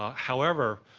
ah however,